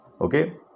okay